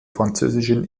französischen